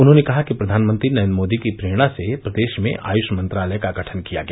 उन्होंने कहा कि प्र्यानमंत्री नरेन्द्र मोदी की प्रेरणा से प्रदेश में आयुष मंत्रालय का गठन किया गया